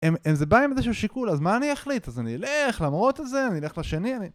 אם זה בא עם איזשהו שיקול, אז מה אני אחליט? אז אני אלך למורות הזה, אני אלך לשני, אני...